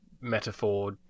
metaphor